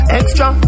extra